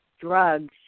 drugs